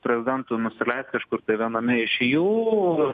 prezidentui nusileist kažkur tai viename iš jų